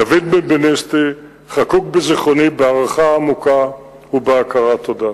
דוד בנבנישתי חקוק בזיכרוני בהערכה עמוקה ובהכרת תודה.